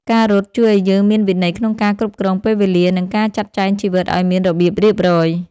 ការរត់ជួយឱ្យយើងមានវិន័យក្នុងការគ្រប់គ្រងពេលវេលា និងការចាត់ចែងជីវិតឱ្យមានរបៀបរៀបរយ។